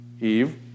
Eve